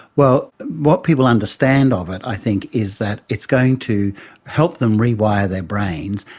well, what people understand of it i think is that it's going to help them rewire their brains,